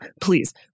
please